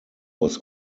was